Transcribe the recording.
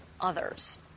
others